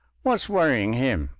what's worrying him